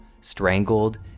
strangled